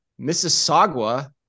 Mississauga